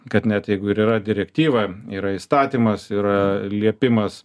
kad net jeigu ir yra direktyva yra įstatymas yra liepimas